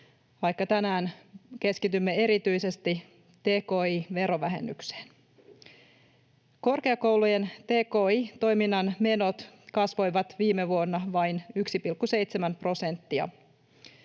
vaikka tänään keskitymme erityisesti tki-verovähennykseen. Korkeakoulujen tki-toiminnan menot kasvoivat viime vuonna vain 1,7 prosenttia.